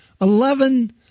Eleven